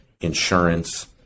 insurance